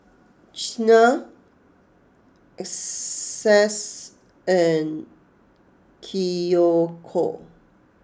Qiana Essex and Kiyoko